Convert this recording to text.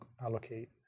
allocate